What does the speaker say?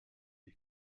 est